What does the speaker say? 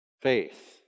faith